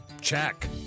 check